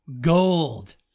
Gold